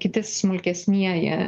kiti smulkesnieji